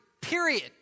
period